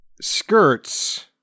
skirts